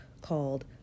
called